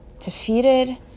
defeated